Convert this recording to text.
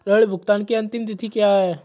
ऋण भुगतान की अंतिम तिथि क्या है?